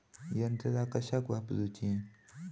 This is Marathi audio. यंत्रा कशाक वापुरूची?